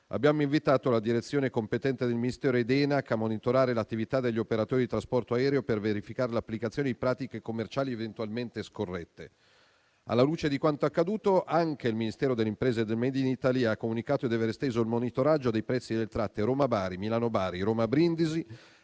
Abbiamo invitato la direzione competente del Ministero ed ENAC a monitorare l'attività degli operatori del trasporto aereo, per verificare l'applicazione di pratiche commerciali eventualmente scorrette. Alla luce di quanto accaduto, anche il Ministero dell'impresa e del *made in Italy* ha comunicato di aver esteso il monitoraggio dei prezzi delle tratte Roma-Bari, Milano-Bari, Roma-Brindisi